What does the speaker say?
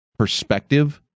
Perspective